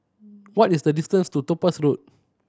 what is the distance to Topaz Road